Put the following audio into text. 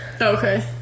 Okay